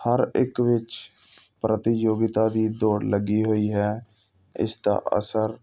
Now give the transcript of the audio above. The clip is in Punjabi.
ਹਰ ਇੱਕ ਵਿੱਚ ਪ੍ਰਤਿਯੋਗਿਤਾ ਦੀ ਦੌੜ ਲੱਗੀ ਹੋਈ ਹੈ ਇਸ ਦਾ ਅਸਰ